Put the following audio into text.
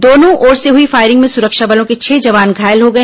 दोनों ओर से हुई फायरिंग में सुरक्षा बलों के छह जवान घायल हो गए